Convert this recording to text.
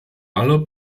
aller